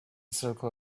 circle